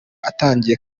atangiye